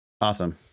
Awesome